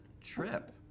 trip